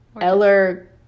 Eller